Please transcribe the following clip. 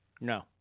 No